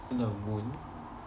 the moon